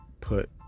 put